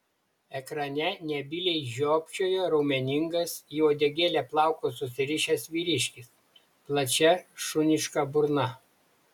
ekrane nebyliai žiopčiojo raumeningas į uodegėlę plaukus susirišęs vyriškis plačia šuniška burna